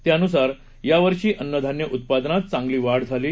त्यानुसार या वर्षी अ्नधान्य उत्पादनात चांगली वाढ होणार आहे